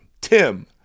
tim